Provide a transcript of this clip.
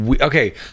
Okay